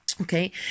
Okay